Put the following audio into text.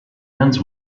ends